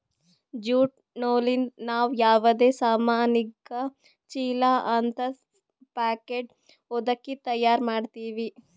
jute ನೂಲಿಂದ್ ನಾವ್ ಯಾವದೇ ಸಾಮಾನಿಗ ಚೀಲಾ ಹಂತದ್ ಪ್ಯಾಕೆಟ್ ಹೊದಕಿ ತಯಾರ್ ಮಾಡ್ತೀವಿ